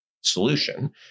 solution